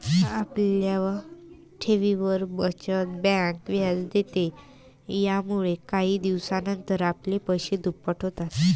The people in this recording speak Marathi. आपल्या ठेवींवर, बचत बँक व्याज देते, यामुळेच काही दिवसानंतर आपले पैसे दुप्पट होतात